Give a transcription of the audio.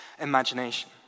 imagination